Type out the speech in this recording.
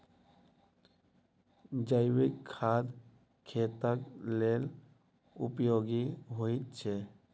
जैविक खाद खेतक लेल उपयोगी होइत छै